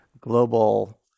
global